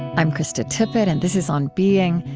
i'm krista tippett, and this is on being.